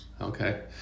Okay